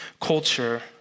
culture